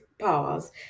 pause